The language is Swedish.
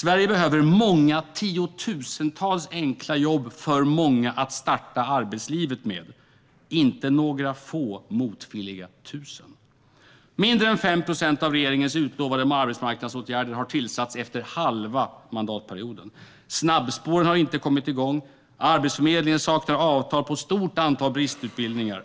Sverige behöver många tiotusentals enkla jobb för många att starta arbetslivet med - inte några få motvilliga tusen. Mindre än 5 procent av regeringens utlovade arbetsmarknadsåtgärder har vidtagits efter halva mandatperioden. Snabbspåren har inte kommit igång. Arbetsförmedlingen saknar avtal för ett stort antal bristutbildningar.